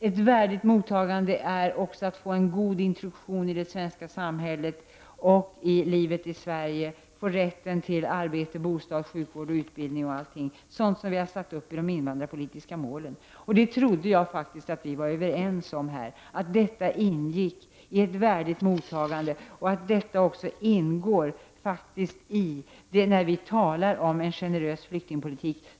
Ett värdigt mottagande är också att få en god introduktion i det svenska samhället och i livet i Sverige, rätten till arbete, bostad, sjukvård och utbildning, sådant som vi har satt upp som invandrarpolitiska mål. Jag trodde faktiskt att vi var överens om här att detta ingick i ett värdigt mottagande och att detta också ingår i det vi kallar en generös flyktingpolitik.